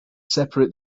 separate